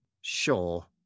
sure